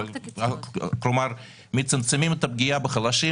כלומר מצמצמים את הפגיעה בחלשים,